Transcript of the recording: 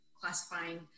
classifying